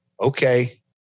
okay